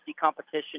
competition